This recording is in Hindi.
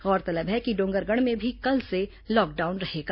गौरतलब है कि डोंगरगढ़ में भी कल से लॉकडाउन रहेगा